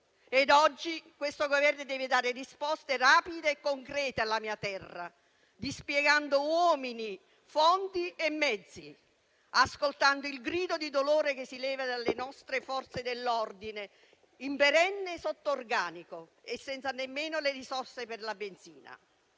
Oggi questo Governo deve dare risposte rapide e concrete alla mia terra, dispiegando uomini, fondi e mezzi e ascoltando il grido di dolore che si leva dalle nostre Forze dell'ordine, in perenne sottorganico e senza nemmeno le risorse per la benzina.